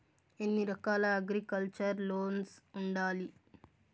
ఎన్ని రకాల agriculture loans ఉండాయి